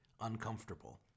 uncomfortable